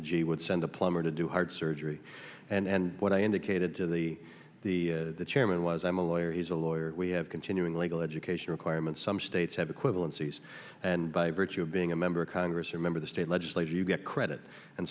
gee would send a plumber to do heart surgery and what i indicated to the chairman was i'm a lawyer he's a lawyer we have continuing legal education requirements some states have equivalencies and by virtue of being a member of congress remember the state legislature you get credit and